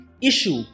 issue